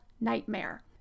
nightmare